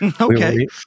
okay